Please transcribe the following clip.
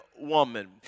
woman